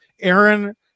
Aaron